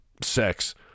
sex